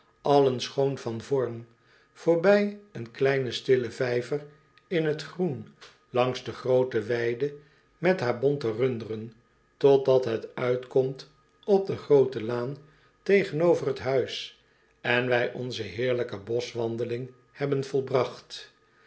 allen schoon van vorm voorbij een kleinen stillen vijver in het groen langs de groote weide met haar bonte runderen totdat het uitkomt op de groote laan tegenover het huis en wij onze heerlijke boschwandeling hebben volbragt